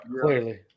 clearly